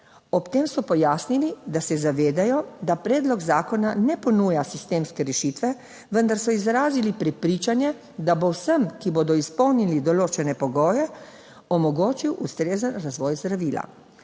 Ob tem so pojasnili, da se zavedajo, da predlog zakona ne ponuja sistemske rešitve, vendar so izrazili prepričanje, da bo vsem, ki bodo izpolnili določene pogoje, omogočil ustrezen razvoj zdravila.